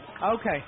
Okay